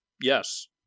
Yes